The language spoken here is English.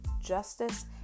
justice